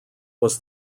was